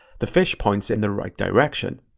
the fish points in the right direction,